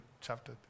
chapter